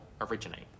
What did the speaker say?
originate